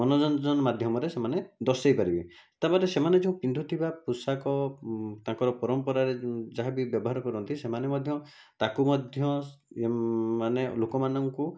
ମନୋରଞ୍ଜନ ମାଧ୍ୟମରେ ସେମାନେ ଦର୍ଶାଇ ପାରିବେ ତା'ପରେ ସେମାନେ ଯେଉଁ ପିନ୍ଧୁଥିବା ପୋଷାକ ତାଙ୍କର ପରମ୍ପରାରେ ଯାହା ବି ବ୍ୟବହାର କରନ୍ତି ସେମାନେ ମଧ୍ୟ ତାକୁ ମଧ୍ୟ ଏ ମାନେ ଲୋକମାନଙ୍କୁ